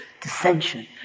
dissension